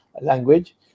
language